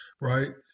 right